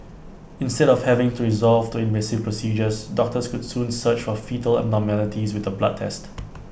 instead of having to resort to invasive procedures doctors could soon search for foetal abnormalities with A blood test